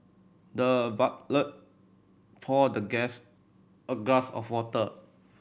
the butler poured the guest a glass of water